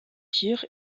tir